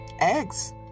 eggs